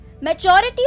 Majority